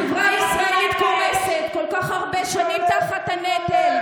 החברה הישראלית קורסת כל כך הרבה שנים תחת הנטל.